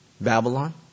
Babylon